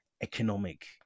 economic